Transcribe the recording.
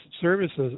services